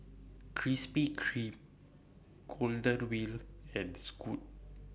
Krispy Kreme Golden Wheel and Scoot